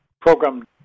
program